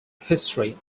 history